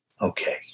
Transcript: Okay